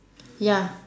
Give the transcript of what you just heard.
ya